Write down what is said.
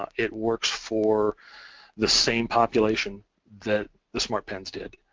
ah it works for the same population that the smartpens did.